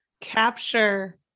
capture